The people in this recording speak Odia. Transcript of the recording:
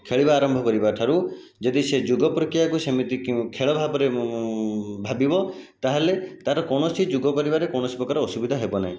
ଖେଳିବା ଆରମ୍ଭ କରିବାଠାରୁ ଯଦି ସେ ଯୋଗ ପ୍ରକିୟାକୁ ସେମିତି ଖେଳ ଭାବରେ ଭାବିବ ତାହେଲେ ତାର କୌଣସି ଯୋଗ କରିବାରେ କୌଣସି ପ୍ରକାର ଅସୁବିଧା ହେବନାହିଁ